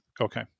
Okay